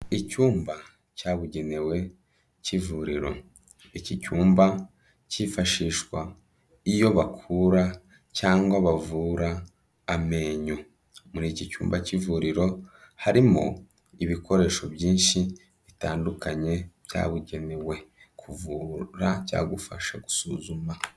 Icyumba cyabugenewe k'ivuriro, iki cyumba kifashishwa iyo bakura cyangwa bavura amenyo, muri iki cyumba k'ivuriro, harimo ibikoresho byinshi bitandukanye byabugenewe kuvura cyangwa gufasha gusuzuma.